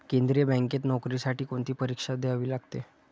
केंद्रीय बँकेत नोकरीसाठी कोणती परीक्षा द्यावी लागते?